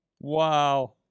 Wow